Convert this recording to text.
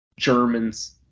germans